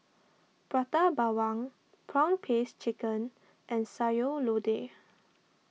Prata Bawang Prawn Paste Chicken and Sayur Lodeh